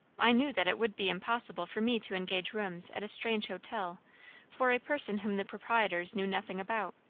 i knew that it would be impossible for me to engage rooms at a strange hotel for a person whom the proprietors knew nothing about.